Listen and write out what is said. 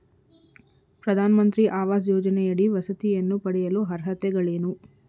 ಪ್ರಧಾನಮಂತ್ರಿ ಆವಾಸ್ ಯೋಜನೆಯಡಿ ವಸತಿಯನ್ನು ಪಡೆಯಲು ಅರ್ಹತೆಗಳೇನು?